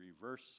reverse